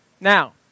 Now